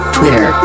Twitter